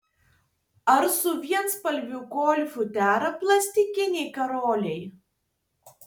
ar su vienspalviu golfu dera plastikiniai karoliai